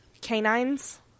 canines